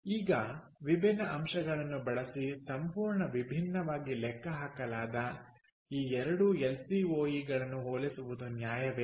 ಈಗ ವಿಭಿನ್ನ ಅಂಶಗಳನ್ನು ಬಳಸಿ ಸಂಪೂರ್ಣ ವಿಭಿನ್ನವಾಗಿ ಲೆಕ್ಕಹಾಕಲಾದ ಈ ಎರಡು ಎಲ್ಸಿಒಇ ಗಳನ್ನು ಹೋಲಿಸುವುದು ನ್ಯಾಯವೇ